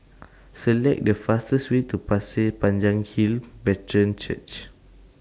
Select The fastest Way to Pasir Panjang Hill Brethren Church